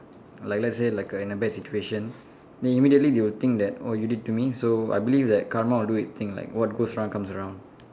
like let's say like a in a bad situation they immediately they will think that oh you did to me so I believe that Karma will do it thing like what goes around comes around